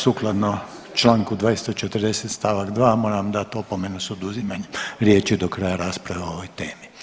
Sukladno Članku 240. stavak 2. moram vam dati opomenu s oduzimanjem riječi do kraja rasprave o ovoj temi.